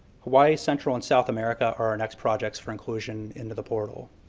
hawaii, central and south america are our next projects for inclusion into the portal.